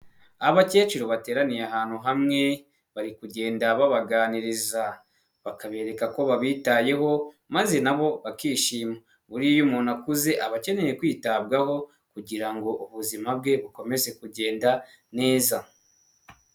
Abakecuru bateraniye ahantu hamwe bari kugenda babaganiriza, bakabereka ko babitayeho maze nabo bakishima. Buriya iyo umuntu akuze aba akeneye kwitabwaho kugirango ubuzima bwe bukomeze kugenda neza.